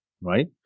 right